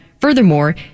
furthermore